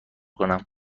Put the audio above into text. کنم